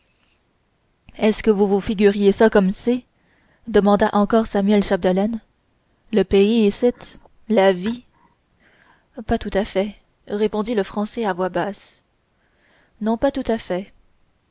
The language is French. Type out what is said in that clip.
est-ce que vous vous figuriez ça comme c'est demanda encore samuel chapdelaine le pays icitte la vie pas tout à fait répondit le français à voix basse non pas tout à fait